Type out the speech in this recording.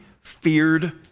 feared